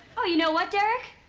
oh, you know what, derrick?